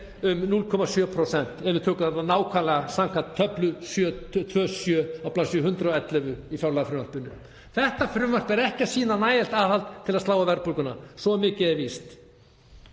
um 0,7% ef við tökum það nákvæmlega samkvæmt töflu 2.7 á bls. 111 í fjárlagafrumvarpinu. Þetta frumvarp er ekki að sýna nægilegt aðhald til að slá á verðbólguna, svo mikið er víst.